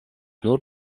nur